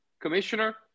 Commissioner